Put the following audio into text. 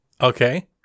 Okay